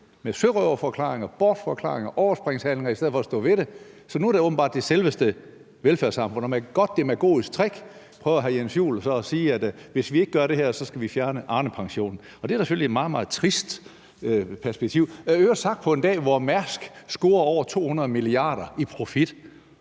med sørøverforklaringer, bortforklaringer og overspringshandlinger i stedet for at stå ved det. Nu er det åbenbart selveste velfærdssamfundet, det gælder, og med et godt demagogisk trick prøver hr. Jens Joel at sige, at hvis vi ikke gør det her, så skal vi fjerne Arnepensionen, og det er da selvfølgelig et meget, meget trist perspektiv – i øvrigt sagt på en dag, hvor Mærsk scorer over 200 mia. kr. i profit,